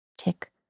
Tick